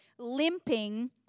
Limping